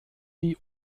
die